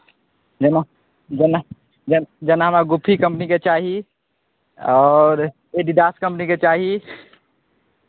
जेना जेना जे जेना हमरा गुफी कम्पनीके चाही आओर एडिडास कम्पनीके चाही